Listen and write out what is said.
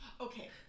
Okay